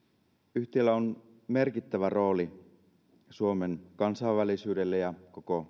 yhtiöllä on merkittävä rooli suomen kansainvälisyyden ja koko